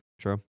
true